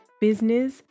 business